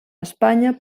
espanya